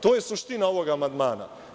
To je suština ovog amandmana.